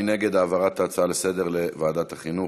מי נגד העברת ההצעה לסדר-היום לוועדת החינוך?